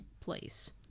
place